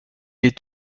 est